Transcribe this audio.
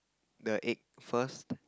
the egg first